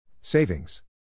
Savings